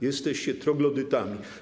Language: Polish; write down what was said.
Jesteście troglodytami.